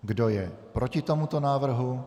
Kdo je proti tomuto návrhu?